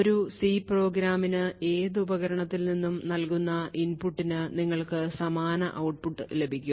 ഒരു C പ്രോഗ്രാമിന് ഏത് ഉപകരണത്തിൽ നിന്നും നൽകുന്ന ഇൻപുട്ടിന് നിങ്ങൾക്ക് സമാന ഔട്ട്പുട്ട് ലഭിക്കും